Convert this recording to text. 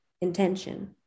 intention